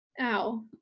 ow